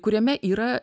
kuriame yra